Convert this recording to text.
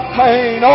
pain